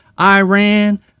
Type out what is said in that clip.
Iran